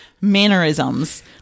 mannerisms